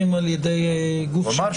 הוא אמר,